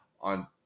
on